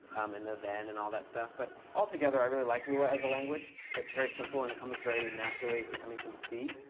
um and the then, and all that stuff. but altogether, i really like lua as a language. it's very simple, and it comes very naturally if you're coming from c.